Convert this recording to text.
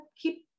keep